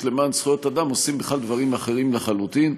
למען זכויות אדם עושים בכלל דברים אחרים לחלוטין,